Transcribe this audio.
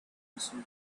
listen